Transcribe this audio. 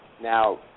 Now